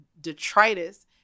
detritus